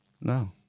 no